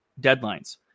deadlines